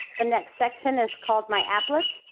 the next section is called my applets.